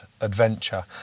adventure